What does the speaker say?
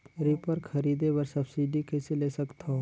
Reaper खरीदे बर subsidy कइसे ले सकथव?